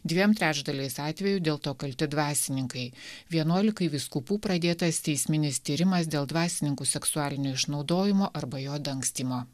dviem trečdaliais atvejų dėl to kalti dvasininkai vienuolikai vyskupų pradėtas teisminis tyrimas dėl dvasininkų seksualinio išnaudojimo arba jo dangstymo